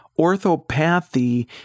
Orthopathy